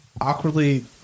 awkwardly